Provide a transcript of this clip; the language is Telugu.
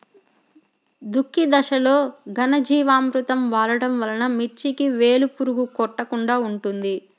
దుక్కి దశలో ఘనజీవామృతం వాడటం వలన మిర్చికి వేలు పురుగు కొట్టకుండా ఉంటుంది?